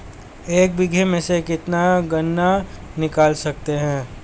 एक बीघे में से कितना गन्ना निकाल सकते हैं?